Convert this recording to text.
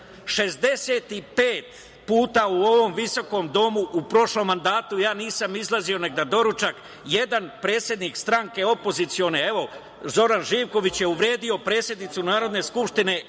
65 puta u ovom visokom domu u prošlom mandatu ja nisam izlazio ni na doručak, jedan predsednik stranke opozicione, evo, Zoran Živković je uvredio predsednicu Narodne skupštine